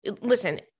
listen